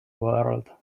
world